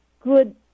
good